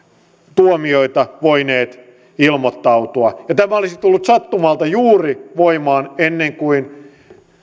tuomioita voineet ilmoittautua tämä olisi tullut sattumalta juuri voimaan ennen kuin